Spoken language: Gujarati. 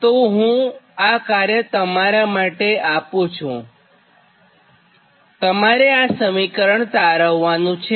તો આ તમારા માટે કાર્ય છે તમારે આ સમીકરણ તારવ્વાનું છે